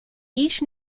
each